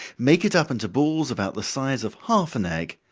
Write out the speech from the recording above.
make it up into balls about the size of half an egg,